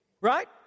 right